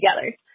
together